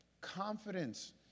Confidence